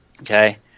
okay